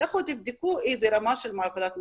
לכו תבדקו איזה רמה של מעבדת מחשבים,